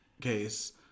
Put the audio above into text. case